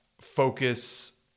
focus